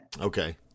okay